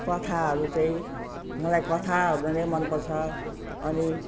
कथाहरू चाहिँ मलाई कथाहरू नै मन पर्छ अनि